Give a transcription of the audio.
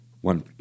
one